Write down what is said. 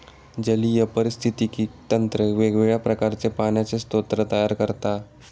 जलीय पारिस्थितिकी तंत्र वेगवेगळ्या प्रकारचे पाण्याचे स्रोत तयार करता